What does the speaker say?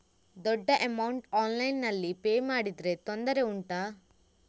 ದೊಡ್ಡ ಅಮೌಂಟ್ ಆನ್ಲೈನ್ನಲ್ಲಿ ಪೇ ಮಾಡಿದ್ರೆ ತೊಂದರೆ ಉಂಟಾ?